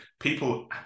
people